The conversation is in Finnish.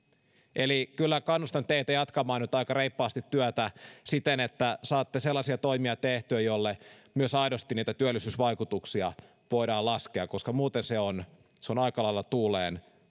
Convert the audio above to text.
eli kyllä kannustan teitä jatkamaan nyt aika reippaasti työtä siten että saatte sellaisia toimia tehtyä joille myös aidosti niitä työllisyysvaikutuksia voidaan laskea koska muuten se on se on aika lailla tuuleen